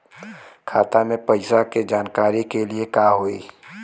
खाता मे पैसा के जानकारी के लिए का होई?